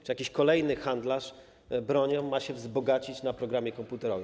Czy jakiś kolejny handlarz bronią ma się wzbogacić na programie komputerowym?